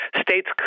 states